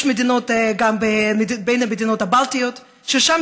יש מדינות גם בין המדינות הבלטיות שיש בהן